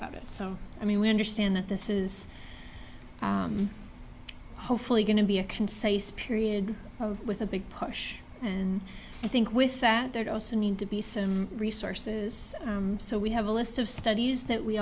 about it so i mean we understand that this is hopefully going to be a concise period with a big push and i think with that there also need to be some resources so we have a list of studies that we